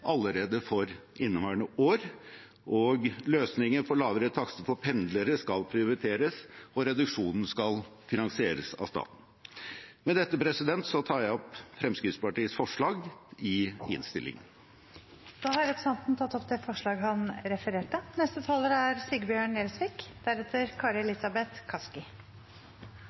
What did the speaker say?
allerede for inneværende år. Løsningen for lavere takster for pendlere skal prioriteres, og reduksjonen skal finansieres av staten. Med dette tar jeg opp Fremskrittspartiets forslag i innstillingen. Representanten Hans Andreas Limi har tatt opp de forslagene han refererte til. Arbeidsfolk og bedrifter rundt omkring i hele Norge er